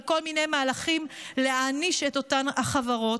על כל מיני מהלכים להעניש את אותן החברות,